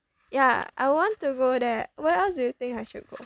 ya I want to go there where else do you think I should go